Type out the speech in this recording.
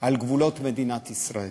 על גבולות מדינת ישראל.